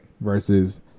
Versus